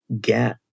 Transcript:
get